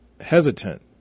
hesitant